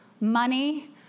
money